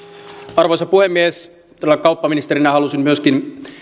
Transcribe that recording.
arvoisa puhemies todella kauppaministerinä halusin myöskin